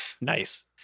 Nice